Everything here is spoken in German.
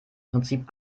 prinzip